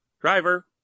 driver